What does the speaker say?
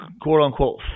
quote-unquote